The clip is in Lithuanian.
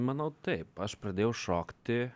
manau taip aš pradėjau šokti